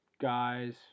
guys